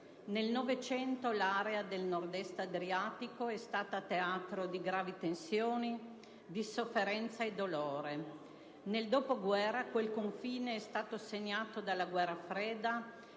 Nel Novecento l'area del Nord Est Adriatico è stata teatro di gravi tensioni, di sofferenza e dolore; nel dopoguerra quel confine è stato segnato dalla guerra fredda